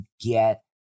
get